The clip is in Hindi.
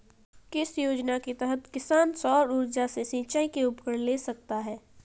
किस योजना के तहत किसान सौर ऊर्जा से सिंचाई के उपकरण ले सकता है?